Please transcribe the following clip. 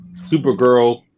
Supergirl